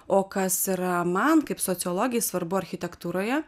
o kas yra man kaip sociologei svarbu architektūroje